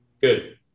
Good